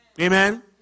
Amen